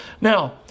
Now